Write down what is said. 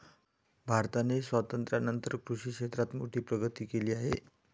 भारताने स्वातंत्र्यानंतर कृषी क्षेत्रात मोठी प्रगती केली आहे